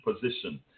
position